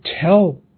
tell